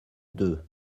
deux